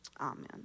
Amen